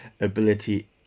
ability